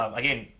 again